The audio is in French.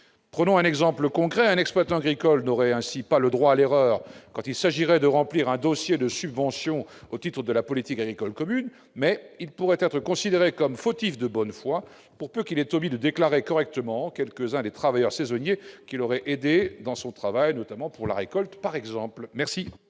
Prenons un exemple concret : un exploitant agricole n'aurait ainsi pas le droit à l'erreur quand il s'agirait de remplir un dossier de subvention au titre de la politique agricole commune, mais il pourrait être considéré comme fautif de bonne foi pour peu qu'il ait omis de déclarer correctement quelques-uns des travailleurs saisonniers qui l'auraient aidé, par exemple pour la récolte. Quel est